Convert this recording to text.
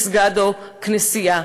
מסגד או כנסייה.